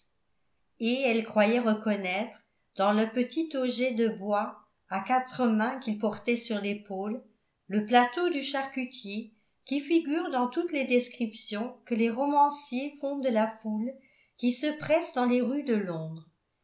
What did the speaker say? et elle croyait reconnaître dans le petit auget de bois à quatre mains qu'il portait sur l'épaule le plateau du charcutier qui figure dans toutes les descriptions que les romanciers font de la foule qui se presse dans les rues de londres